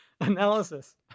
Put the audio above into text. Analysis